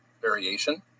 variation